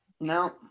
No